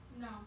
No